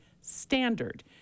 standard